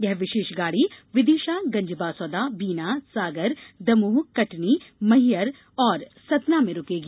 यह विशेष गाड़ी विदिशा गंजबासोदा बीना सागर दमोह कटनी मैहर सतना में रूकेगी